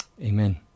Amen